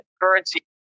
Currency